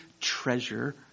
treasure